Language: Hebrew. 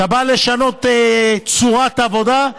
אתה בא לשנות צורת עבודה,